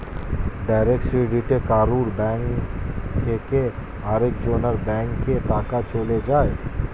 direct ক্রেডিটে কারুর bank থেকে আরেক জনের ব্যাংকে টাকা চলে যায়